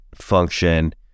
function